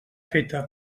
feta